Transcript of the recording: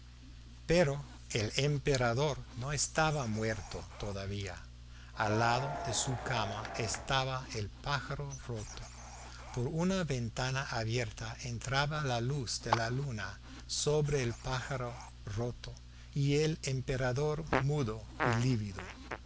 pero el emperador no estaba muerto todavía al lado de su cama estaba el pájaro roto por una ventana abierta entraba la luz de la luna sobre el pájaro roto y el emperador mudo y lívido